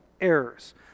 errors